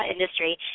industry